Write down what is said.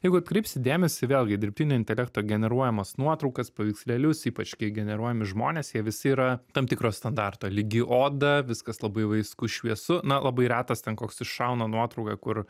jeigu atkreipsi dėmesį vėlgi dirbtinio intelekto generuojamas nuotraukas paveikslėlius ypač kai generuojami žmonės jie visi yra tam tikro standarto lygi oda viskas labai vaisku šviesu na labai retas ten koks iššauna nuotrauką kur